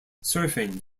surfing